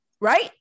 Right